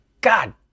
God